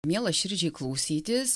miela širdžiai klausytis